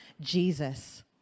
Jesus